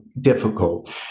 difficult